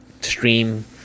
stream